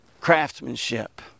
craftsmanship